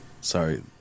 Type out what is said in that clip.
Sorry